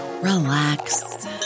relax